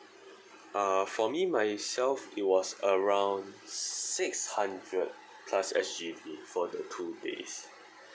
uh for me my itself it was around six hundred plus S_G_D for the two days